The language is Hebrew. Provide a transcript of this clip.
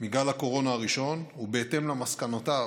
מגל הקורונה הראשון, ובהתאם למסקנותיו